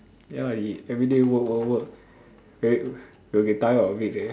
ya lah he everyday work work work will get will get tired of it eh